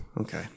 Okay